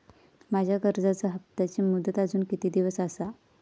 माझ्या कर्जाचा हप्ताची मुदत अजून किती दिवस असा?